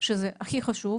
שזה הכי חשוב,